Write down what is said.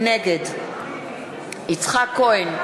נגד יצחק כהן,